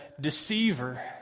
deceiver